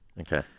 Okay